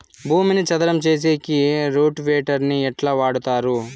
భూమిని చదరం సేసేకి రోటివేటర్ ని ఎట్లా వాడుతారు?